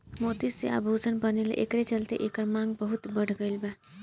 मोती से आभूषण बनेला एकरे चलते एकर मांग बहुत बढ़ गईल बा